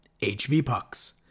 HVPucks